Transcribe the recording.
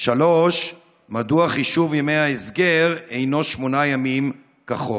3. מדוע חישוב ימי ההסגר אינו שמונה ימים כחוק?